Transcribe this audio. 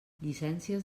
llicències